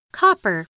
copper